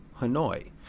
Hanoi